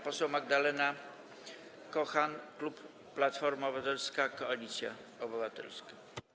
Poseł Magdalena Kochan, klub Platforma Obywatelska - Koalicja Obywatelska.